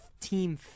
team